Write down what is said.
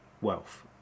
wealth